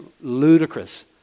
ludicrous